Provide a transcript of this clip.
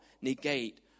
negate